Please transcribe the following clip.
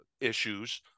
issues